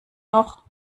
noch